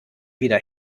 wieder